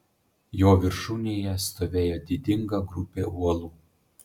jo viršūnėje stovėjo didinga grupė uolų